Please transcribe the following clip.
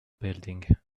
building